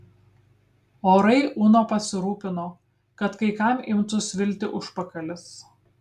o rai uno pasirūpino kad kai kam imtų svilti užpakalis